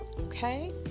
Okay